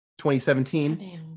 2017